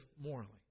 morally